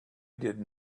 did